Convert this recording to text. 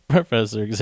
Professor